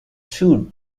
shoot